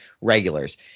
regulars